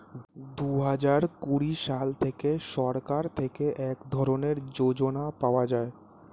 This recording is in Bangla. দুহাজার কুড়ি সাল থেকে সরকার থেকে এক ধরনের যোজনা পাওয়া যায়